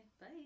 bye